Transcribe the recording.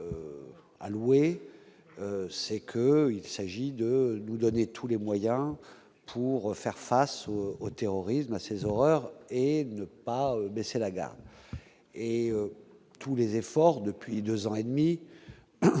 louer c'est que il s'agit de nous donner tous les moyens pour faire face au terrorisme, à ces horreurs et ne pas baisser la garde et tous les efforts depuis 2 ans et demi